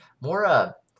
More